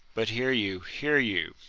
but hear you, hear you!